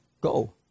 go